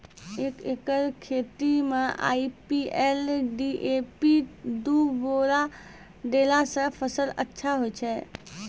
एक एकरऽ खेती मे आई.पी.एल डी.ए.पी दु बोरा देला से फ़सल अच्छा होय छै?